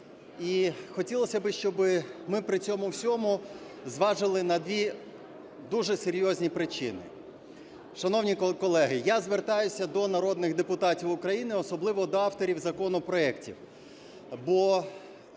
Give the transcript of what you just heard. І хотілося, щоб ми при цьому всьому зважили на дві дуже серйозні причини. Шановні колеги, я звертаюсь до народних депутатів України, особливо до авторів законопроектів, бо